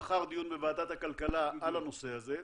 מחר דיון בוועדת הכלכלה על הנושא הזה.